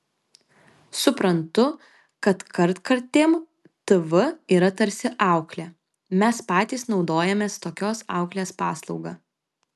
suprantu kad kartkartėm tv yra tarsi auklė mes patys naudojamės tokios auklės paslauga